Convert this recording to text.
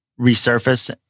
resurface